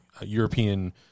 European